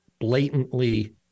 blatantly